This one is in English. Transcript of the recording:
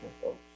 folks